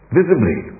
visibly